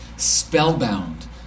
spellbound